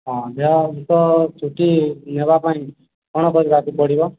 ହଁ ଦେହ ତ ଛୁଟି ନେବା ପାଇଁ କ'ଣ କରିବାକୁ ପଡ଼ିବ